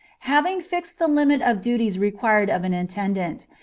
having fixed the limit of duties required of an attendant,